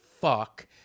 fuck